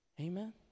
amen